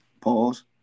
Pause